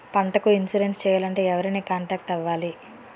పంటకు ఇన్సురెన్స్ చేయాలంటే ఎవరిని కాంటాక్ట్ అవ్వాలి?